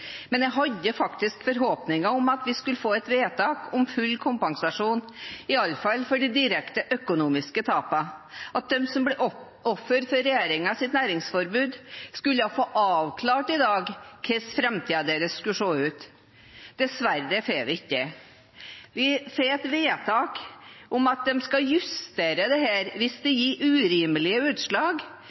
men jeg hadde faktisk forhåpninger om at vi skulle få et vedtak om full kompensasjon – i alle fall for de direkte økonomiske tapene, at de som ble ofre for regjeringens næringsforbud, skulle få avklart i dag hvordan framtiden deres skulle se ut. Dessverre får vi ikke det. Vi får et vedtak om at de skal justere dette hvis det gir urimelige utslag,